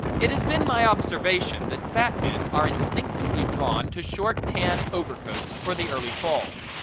it has been my observation that fat men are instinctively drawn to short tan overcoats for the early fall.